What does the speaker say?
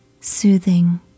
soothing